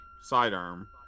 sidearm